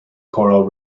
coral